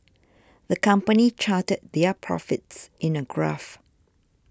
the company charted their profits in a graph